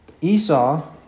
Esau